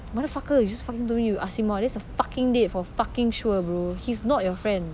motherfucker you just fucking told me you ask him out that's a fucking date for fucking sure bro he's not your friend